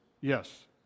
Yes